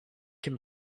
can